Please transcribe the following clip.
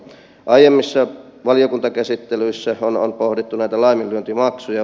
aiemmissa valiokuntakäsittelyissä on pohdittu näitä laiminlyöntimaksuja